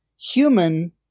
human